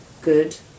good